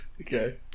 okay